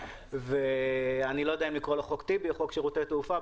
אני לא יודע אם לקרוא לו חוק טיבי או חוק שירותי תעופה.